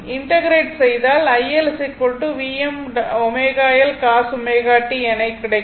integrate செய்தால் iL Vm ω L cos ω t என கிடைக்கும்